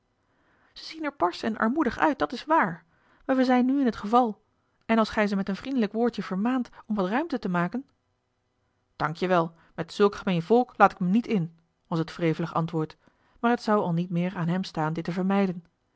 er barsch en armoedig uit dat is waar maar wij zijn nu in t geval en als gij ze met een vriendelijk woordje vermaant om wat ruimte te maken osboom oussaint ank je wel met zulk gemeen volk laat ik me niet in was het wrevelig antwoord maar het zou al niet meer aan hem staan dit te vermijden